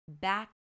back